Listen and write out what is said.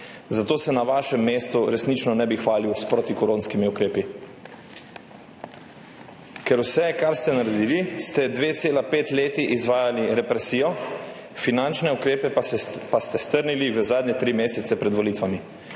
Zato se na vašem mestu resnično ne bi hvalil s protikoronskimi ukrepi. Ker vse, kar ste naredili, ste 2,5 leta izvajali represijo, finančne ukrepe pa ste strnili v zadnje tri mesece pred volitvami,